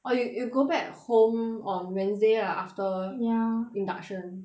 or you you go back home on wednesday lah after ya induction